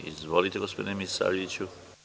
Izvolite, gospodine Milisavljeviću.